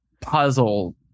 puzzle